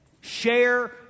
share